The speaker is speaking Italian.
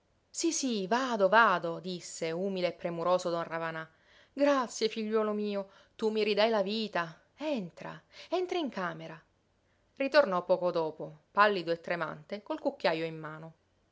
sí sí vado vado disse umile e premuroso don ravanà grazie figliuolo mio tu mi ridai la vita entra entra in camera ritornò poco dopo pallido e tremante col cucchiajo in mano